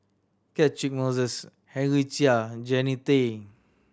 Catchick Moses Henry Chia and Jannie Tay